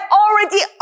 already